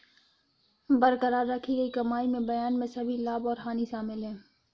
बरकरार रखी गई कमाई में बयान में सभी लाभ और हानि शामिल हैं